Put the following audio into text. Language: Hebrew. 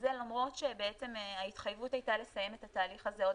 וזה למרות שבעצם ההתחייבות הייתה לסיים את התהליך הזה עוד